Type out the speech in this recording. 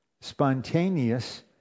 spontaneous